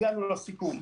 הגענו לסיכום.